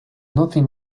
nothing